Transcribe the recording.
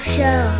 Show